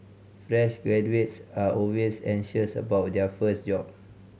fresh graduates are always anxious about their first job